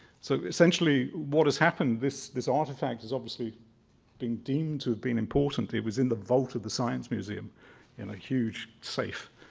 so, essentially, what has happened this this artifact has obviously been deemed to have been important. it was in the vault of the science museum in a huge safe.